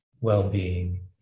well-being